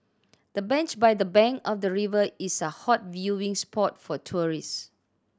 the bench by the bank of the river is a hot viewing spot for tourists